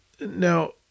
now